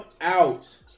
out